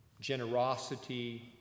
generosity